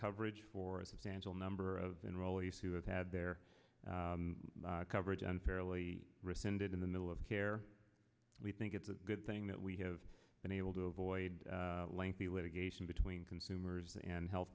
coverage for the financial number of enrollees who have had their coverage unfairly rescinded in the middle of care we think it's a good thing that we have been able to avoid lengthy litigation between consumers and health